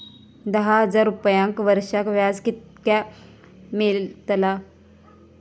दहा हजार रुपयांक वर्षाक व्याज कितक्या मेलताला?